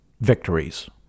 victories